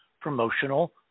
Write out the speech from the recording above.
promotional